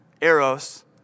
eros